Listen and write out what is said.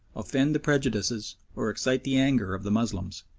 offend the prejudices, or excite the anger of the moslems,